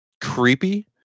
creepy